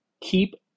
Keep